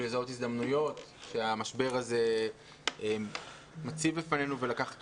לזהות הזדמנויות שהמשבר הזה מציב בפנינו ולקחת